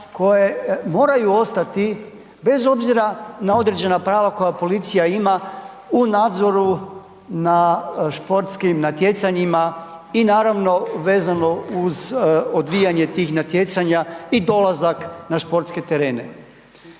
koje moraju ostati bez obzira na određena prava koja policija ima u nadzoru na športskim natjecanjima i naravno vezano uz odvijanje tih natjecanja i dolazak na športske terene.